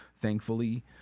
thankfully